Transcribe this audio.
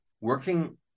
working